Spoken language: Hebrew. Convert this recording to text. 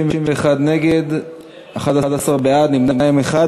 דוד אזולאי,